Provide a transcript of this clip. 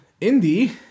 Indy